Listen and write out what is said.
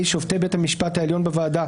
מנציגי שופטי בית המשפט העליון בוועדה,